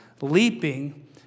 leaping